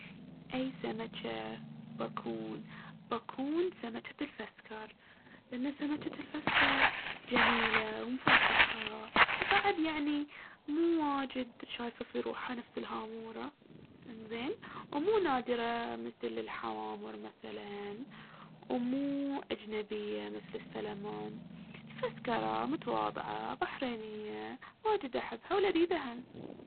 أي سمجة بكون؟ بكون سمجة الفسكر. لأن سمجة الفسكرجميلة ومفلطحة وبعد يعني مو واجد شايفة في روحها نفس الهامورة. انزين ومو نادرة مثل الحوامر مثلاً، ومو أجنبية مثل السلمون، الفسكرة متواضعة بحرينية، واجد أحبها ولذيذة هم.